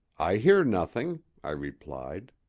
i hear nothing, i replied.